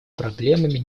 проблемами